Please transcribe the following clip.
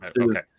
Okay